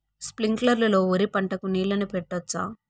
స్ప్రింక్లర్లు లో వరి పంటకు నీళ్ళని పెట్టొచ్చా?